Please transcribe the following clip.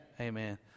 Amen